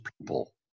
people